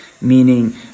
Meaning